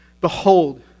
Behold